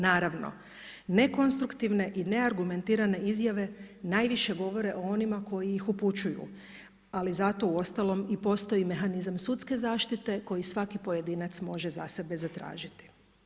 Naravno, nekonstruktivne i neargumentirane izjave, najviše govore o onima koji ih upućuju, ali zato uostalom i postoji mehanizam sudske zaštite, koju svaki pojedinac može za sebe zatražiti.